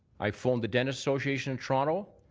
i phoned the dentist association of toronto.